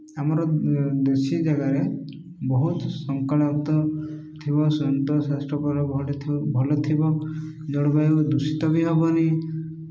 ଆମର ଦେଶୀ ଜାଗାରେ ବହୁତ ଥିବ ସନ୍ତୋଷ ସ୍ଵାସ୍ଥ୍ୟକର ଭଲ ଭଲ ଥିବ ଜଳବାୟୁ ଦୂଷିତ ବି ହେବନି